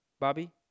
Bobby